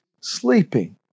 sleeping